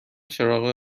چراغ